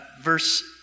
verse